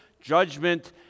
judgment